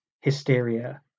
hysteria